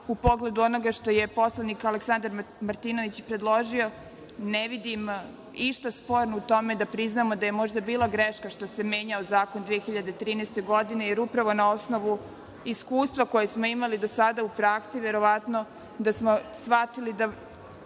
u pogledu onoga što je poslanik Aleksandar Martinović predložio ne vidim išta sporno u tome da priznamo da je možda bila greška što se menjao zakon 2013. godine, jer upravo na osnovu iskustva koja smo imali do sada u praksi verovatno da smo shvatili da